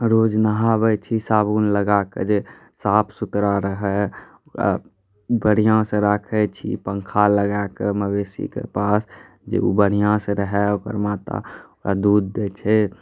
रोज नहाबै छी साबुन लगाकऽ जे साफ सुथरा रहै आओर बढ़िआँसँ राखै छी पंखा लगाकऽ मवेशीके पास जे ओ बढ़िआँसँ रहै ओकर माता ओकरा दूध दै छै